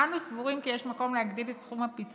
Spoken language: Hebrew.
אנו סבורים כי יש מקום להגדיל את סכום הפיצוי